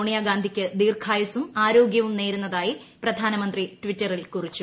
സോണിയാഗാന്ധിക്ക് ദീർഘായുസ്സും ആരോഗ്യവും നേരുന്നതായി പ്രധാനമന്ത്രി ട്വിറ്ററിൽ കുറിച്ചു